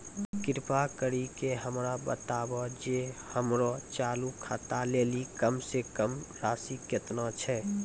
कृपा करि के हमरा बताबो जे हमरो चालू खाता लेली कम से कम राशि केतना छै?